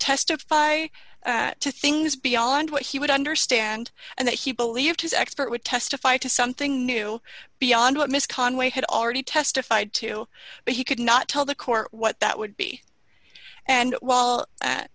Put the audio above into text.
testify to things beyond what he would understand and that he believed his expert would testify to something new beyond what miss conway had already testified to but he could not tell the court what that would be and